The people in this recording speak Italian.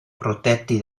protetti